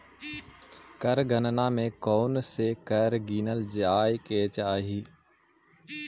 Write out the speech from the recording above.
कर गणना में कौनसे कर गिनल जाए के चाही